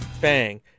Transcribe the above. Bang